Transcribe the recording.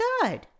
good